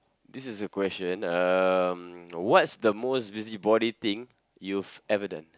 this is a question um what's the most busybody thing you've ever done